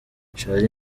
charly